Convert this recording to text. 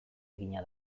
egina